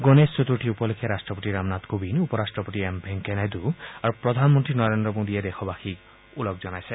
গণেশ চতুৰ্থী উপলক্ষে ৰাষ্ট্ৰপতি ৰামনাথ কোবিন্দ উপ ৰট্টপতি এম ভেংকায়া নাইডু আৰু প্ৰধানমন্ত্ৰী নৰেন্দ্ৰ মোদীয়ে দেশবাসীক ওলগ জনাইছে